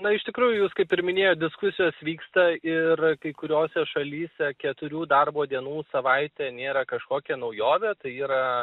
na iš tikrųjų jūs kaip ir minėjot diskusijos vyksta ir kai kuriose šalyse keturių darbo dienų savaitė nėra kažkokia naujovė tai yra